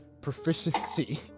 proficiency